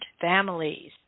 families